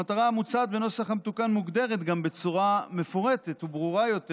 המטרה המוצעת בנוסח המתוקן מוגדרת גם בצורה מפורטת וברורה יותר,